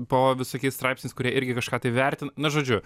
po visokiais straipsniais kurie irgi kažką tai vertina nu žodžiu